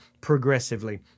progressively